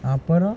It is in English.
அப்பறம்:apparam